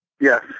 Yes